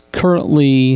currently